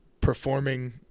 performing